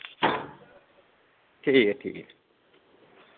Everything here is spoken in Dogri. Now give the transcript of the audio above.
ठीक ऐ ठीक ऐ